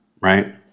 right